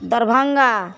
Darbhanga